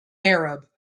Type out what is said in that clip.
arab